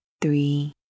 three